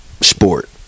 sport